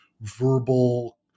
verbal